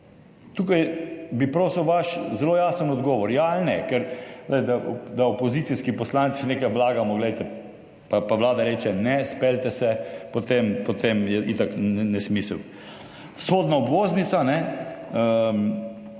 Tukaj bi prosil za vaš zelo jasen odgovor ja ali ne, ker da opozicijski poslanci nekaj vlagamo, pa vlada reče ne, speljite se, potem je tako ali tako nesmisel. Vzhodna obvoznica, ker